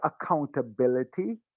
accountability